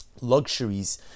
luxuries